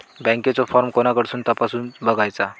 बँकेचो फार्म कोणाकडसून तपासूच बगायचा?